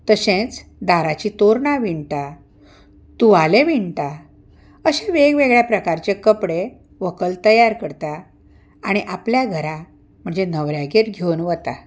तशेंच दाराचीं तोरणां विणटा तुवाले विणटा अशे वेग वेगळे प्रकारचे कपडे व्हकल तयार करता आनी आपल्या घरा म्हणचे न्हवऱ्यागेर घेवन वता